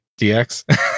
dx